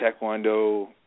Taekwondo